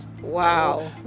Wow